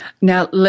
Now